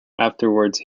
afterwards